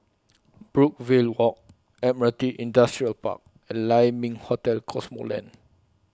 Brookvale Walk Admiralty Industrial Park and Lai Ming Hotel Cosmoland